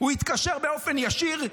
הוא התקשר באופן ישיר,